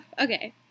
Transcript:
Okay